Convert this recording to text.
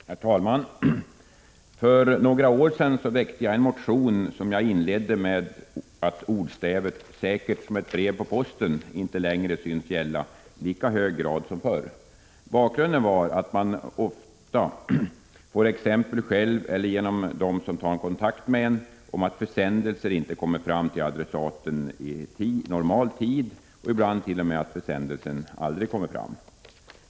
Herr talman! För några år sedan väckte jag en motion, som jag inledde med att skriva att ordstävet ”Säkert som ett brev på posten” inte längre syntes gälla i lika hög grad som förr. Bakgrunden till denna min skrivning var att jag ofta själv eller genom andra fått erfara att försändelser inte kommer fram till adressaten i normal tid eller ibland t.o.m. att försändelsen aldrig kommer fram.